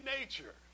nature